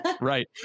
Right